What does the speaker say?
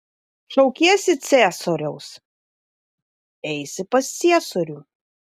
šaukiesi ciesoriaus eisi pas ciesorių